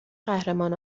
قهرمان